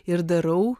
ir darau